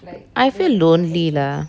I feel lonely lah